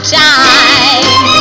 time